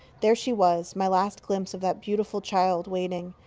there she was my last glimpse of that beautiful child waiting.